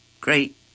great